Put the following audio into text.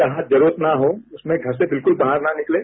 जहां जरूरत न हो उस समय घर से बिल्कुल बाहर न निकलें